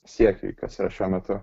siekiui kas yra šiuo metu